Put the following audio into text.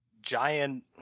giant